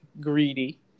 greedy